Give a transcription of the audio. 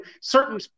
certain